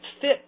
fit